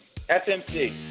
FMC